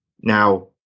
Now